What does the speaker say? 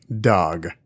dog